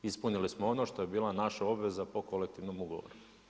Ispunili smo ono što je bila naša obveza po kolektivnom ugovoru.